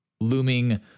looming